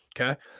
Okay